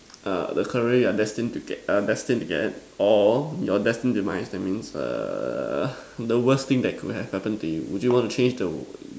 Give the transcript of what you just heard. err the career that you're destined to get or your destined demise that means err the worse thing that could have happen to you would you want to change